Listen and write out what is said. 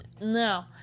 No